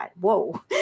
whoa